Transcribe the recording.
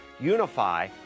unify